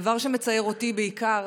הדבר שמצער אותי בעיקר,